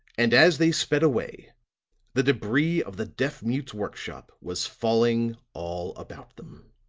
and as they sped away the debris of the deaf-mute's work-shop was falling all about them.